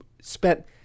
spent